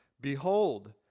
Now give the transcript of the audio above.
Behold